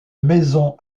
maison